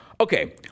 Okay